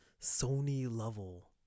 Sony-level